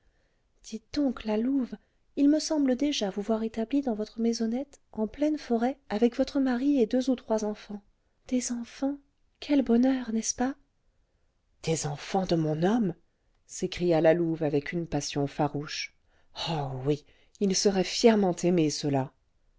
dites donc la louve il me semble déjà vous voir établie dans votre maisonnette en pleine forêt avec votre mari et deux ou trois enfants des enfants quel bonheur n'est-ce pas des enfants de mon homme s'écria la louve avec une passion farouche oh oui ils seraient fièrement aimés